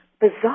bizarre